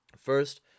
First